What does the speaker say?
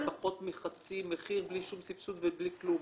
-- בפחות מחצי מחיר, בלי שום סבסוד ובלי כלום.